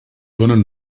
donen